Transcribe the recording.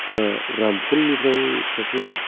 रामफल निफ्राय सासे